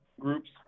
groups